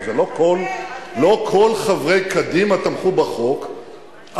לא כל חברי קדימה תמכו בחוק,